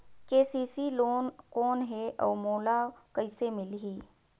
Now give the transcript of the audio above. KCC loan कौन हे अउ मोला कइसे मिलही?